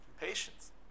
Patience